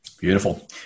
Beautiful